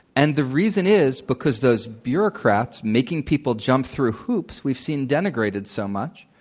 and the reason is because those bureaucrats making people jump through hoops we've seen denigrated so much,